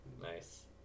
Nice